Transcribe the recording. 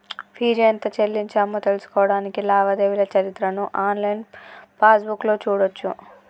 fee ఎంత చెల్లించామో తెలుసుకోడానికి లావాదేవీల చరిత్రను ఆన్లైన్ పాస్బుక్లో చూడచ్చు